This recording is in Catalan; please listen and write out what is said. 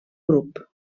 grup